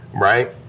right